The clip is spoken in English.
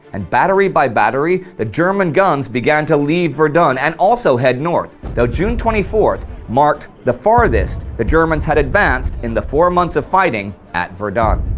and battery by battery, the german guns began to leave verdun and also head north, though june twenty fourth marked the farthest the germans had advanced in the four months of fighting at verdun.